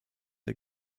der